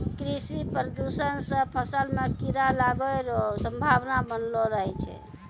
कृषि प्रदूषण से फसल मे कीड़ा लागै रो संभावना वनलो रहै छै